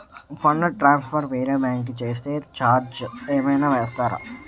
Fund transfer వేరే bank కి చేస్తే ఛార్జ్ ఏమైనా వేస్తారా?